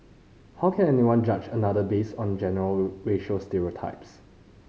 how can anyone judge another based on general racial stereotypes